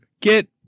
Get